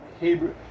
Hebrew